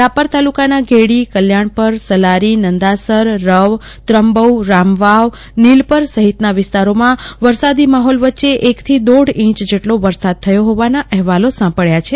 રાપર તાલુકાના ગેડી કલ્યાણપુર સલારી નંદાસર રવ ત્રંબૌ રામવાવ નીલપર સહિતના વિસ્તારોમાં વરસાદી માહોલ વચ્ચે એકથી દોઢ ઈંચ જેટલો વરસાદ થયો હોવાના અહેવાલો સાંપડ્યા છે